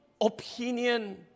opinion